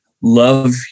love